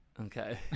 Okay